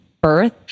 birth